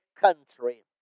country